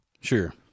Sure